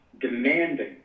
demanding